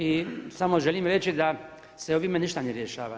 I samo želim reći da se ovim ništa ne rješava.